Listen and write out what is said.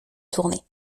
tournée